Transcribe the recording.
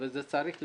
ואותה צריך לקדם.